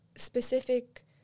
specific